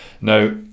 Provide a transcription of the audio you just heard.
Now